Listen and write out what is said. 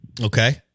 Okay